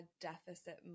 deficit